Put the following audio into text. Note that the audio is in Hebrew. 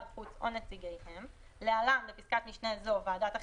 החוץ או נציגיהם (להלן בפסקת משנה זו ועדת החריגים)